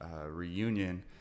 reunion